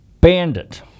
bandit